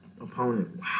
opponent